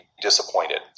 disappointed